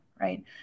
right